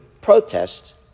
protest